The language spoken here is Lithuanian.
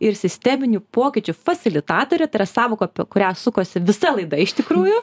ir sisteminių pokyčių fasilitatorė tai yra sąvoka apie kurią sukosi visa laida iš tikrųjų